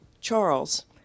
Charles